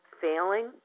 failing